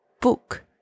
book